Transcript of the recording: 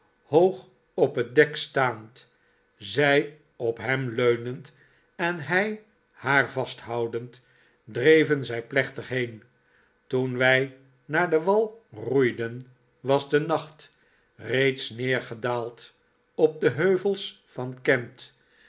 hoog op het dek staand zij op hem leunend en hij haar vasthoudend dreven zij plechtig heen toen wij naar den wal roeiden was de nacht reeds neergedaald op de heiivels van kent